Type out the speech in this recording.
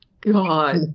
god